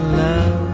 love